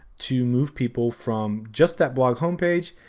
to move people from just that blog homepage,